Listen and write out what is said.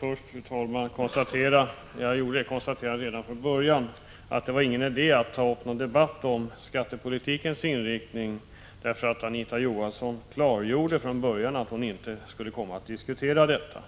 Fru talman! Låt mig börja med att konstatera än en gång att det inte är någon idé att ta upp en debatt om skattepolitikens inriktning, eftersom Anita Johansson från början klargjorde att hon inte skulle komma att diskutera detta.